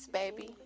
baby